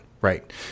Right